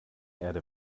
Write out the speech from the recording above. erde